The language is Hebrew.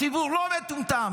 הציבור לא מטומטם,